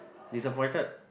disappointed